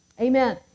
Amen